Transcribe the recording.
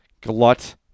glut